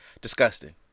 Disgusting